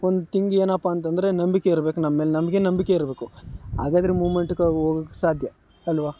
ಒಂದು ತಿಂಗ್ ಏನಪ್ಪ ಅಂತ ಅಂದ್ರೆ ನಂಬಿಕೆ ಇರಬೇಕು ನಮ್ಮ ಮೇಲೆ ನಮಗೆ ನಂಬಿಕೆ ಇರಬೇಕು ಹಾಗಾದ್ರೆ ಮೂಮೆಂಟ್ ಕೊ ಹೋಗೋಕೆ ಸಾಧ್ಯ ಅಲ್ವ